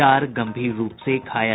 चार गंभीर रूप से घायल